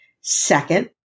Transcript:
Second